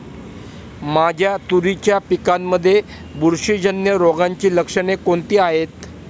माझ्या तुरीच्या पिकामध्ये बुरशीजन्य रोगाची लक्षणे कोणती आहेत?